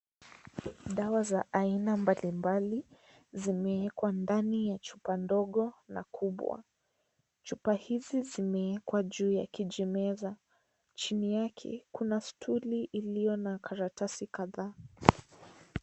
Dawa za aina mbalimbali zimewekwa ndani ya chupa ndogo na kubwa. Chupa hizi zimewekwa juu ya kijimeza. Chini yake kuna stuli iliyo na karatasi kadhaa.